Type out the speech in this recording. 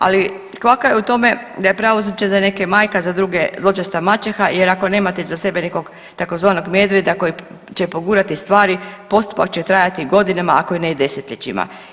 Ali kvaka je u tome da je pravosuđe za neke majka, za druge zločesta maćeha jer ako nemate iza sebe nekog tzv. medveda koji će pogurati stvari postupak će trajati godinama ako ne i desetljećima.